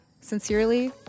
sincerely